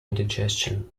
indigestion